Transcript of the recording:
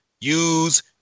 use